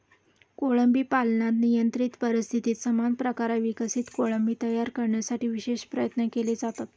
कोळंबी पालनात नियंत्रित परिस्थितीत समान प्रकारे विकसित कोळंबी तयार करण्यासाठी विशेष प्रयत्न केले जातात